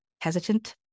hesitant